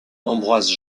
ambroise